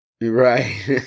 Right